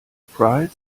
prince